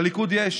בליכוד יש